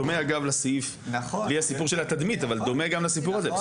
דומה אגב לסעיף בלי הסיפור של התדמית אבל דומה גם לסיפור הזה.